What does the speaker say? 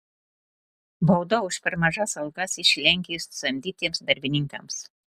bauda už per mažas algas iš lenkijos samdytiems darbininkams